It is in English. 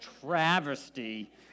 travesty